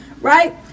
right